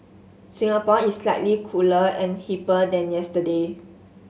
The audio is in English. Singapore is slightly cooler and hipper than yesterday